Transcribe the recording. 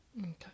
Okay